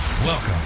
Welcome